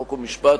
חוק ומשפט,